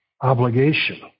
obligation